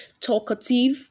talkative